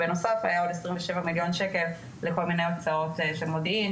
בנוסף היה עוד 27 מיליון שקל לכל מיני הוצאות של מודיעין,